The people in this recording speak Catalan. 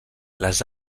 les